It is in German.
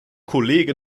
kollege